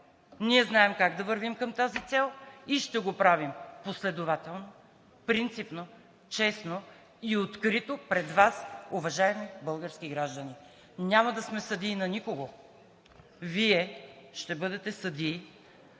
ние знаем как да вървим към тази цел и ще го правим последователно, принципно, честно и открито пред Вас, уважаеми български граждани. Няма да сме съдии на никого. Вие ще бъдете съдии